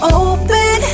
open